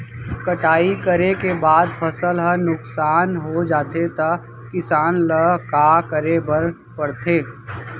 कटाई करे के बाद फसल ह नुकसान हो जाथे त किसान ल का करे बर पढ़थे?